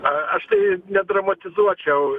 a aš tai nedramatizuočiau